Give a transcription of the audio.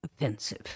offensive